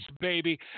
baby